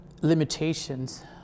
limitations